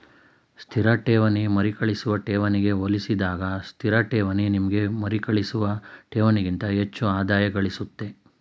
ಸ್ಥಿರ ಠೇವಣಿ ಮರುಕಳಿಸುವ ಠೇವಣಿಗೆ ಹೋಲಿಸಿದಾಗ ಸ್ಥಿರಠೇವಣಿ ನಿಮ್ಗೆ ಮರುಕಳಿಸುವ ಠೇವಣಿಗಿಂತ ಹೆಚ್ಚಿನ ಆದಾಯಗಳಿಸುತ್ತೆ